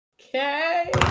Okay